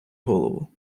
голову